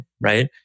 Right